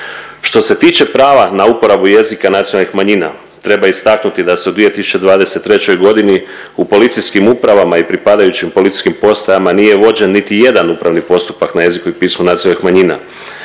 Što se tiče prava na uporabu jezika nacionalnih manjina treba istaknuti da u 2023.g. u policijskim upravama i pripadajućim policijskim postajama nije vođen niti jedan upravni postupak na jeziku i pismu nacionalnih manjina.